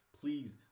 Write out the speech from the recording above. please